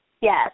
Yes